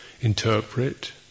interpret